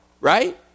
right